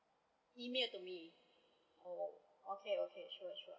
email to me okay okay sure sure